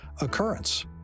occurrence